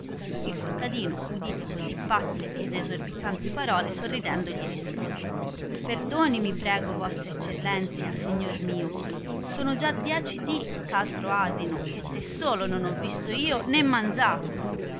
il contadino udite cosi pazze ed esorbitanti parole sorridendo gli rispose perdonimi prego vostra eccellenzia signor mio sono già dieci dì eh altro asino che te solo non ho io visto né mangiato